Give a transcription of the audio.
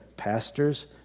pastor's